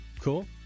Cool